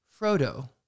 Frodo